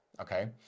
okay